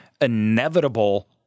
inevitable